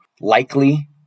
likely